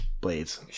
blades